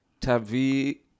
Tavi